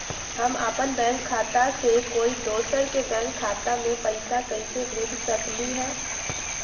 हम अपन बैंक खाता से कोई दोसर के बैंक खाता में पैसा कैसे भेज सकली ह?